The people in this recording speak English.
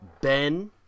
Ben